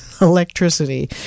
electricity